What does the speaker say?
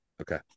Okay